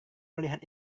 melihat